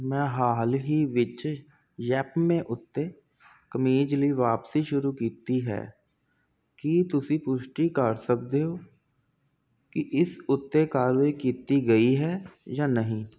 ਮੈਂ ਹਾਲ ਹੀ ਵਿੱਚ ਯੈਪਮੇ ਉੱਤੇ ਕਮੀਜ਼ ਲਈ ਵਾਪਸੀ ਸ਼ੁਰੂ ਕੀਤੀ ਹੈ ਕੀ ਤੁਸੀਂ ਪੁਸ਼ਟੀ ਕਰ ਸਕਦੇ ਹੋ ਕਿ ਇਸ ਉੱਤੇ ਕਾਰਵਾਈ ਕੀਤੀ ਗਈ ਹੈ ਜਾਂ ਨਹੀਂ